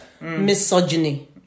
misogyny